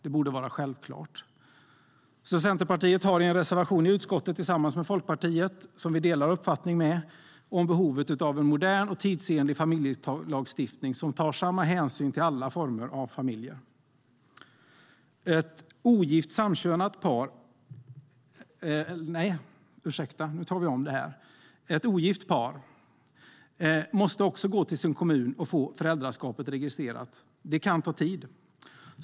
Det borde vara självklart. Centerpartiet har tillsammans med Folkpartiet, som vi delar uppfattning med, en reservation i utskottet om behovet av en modern och tidsenlig familjelagstiftning som tar samma hänsyn till alla former av familjer. Ett ogift par måste också gå till sin kommun och få föräldraskapet registrerat. Det kan ta tid.